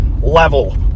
level